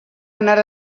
anar